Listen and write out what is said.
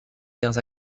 terres